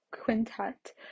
Quintet